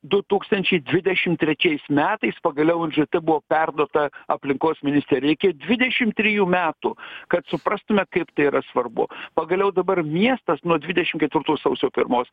du tūkstančiai dvidešim trečiais metais pagaliau nžt buvo perduota aplinkos ministerijai reikėjo dvidešim trijų metų kad suprastume kaip tai yra svarbu pagaliau dabar miestas nuo dvidešim ketvirtų sausio pirmos